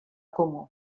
comú